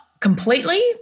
completely